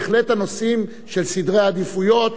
בהחלט הנושאים של סדרי עדיפויות,